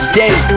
day